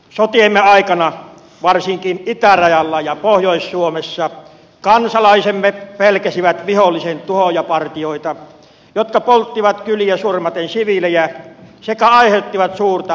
sotiemme aikana varsinkin itärajalla ja pohjois suomessa kansalaisemme pelkäsivät vihollisen tuhoajapartioita jotka polttivat kyliä surmaten siviilejä sekä aiheuttivat suurta aineellista vahinkoa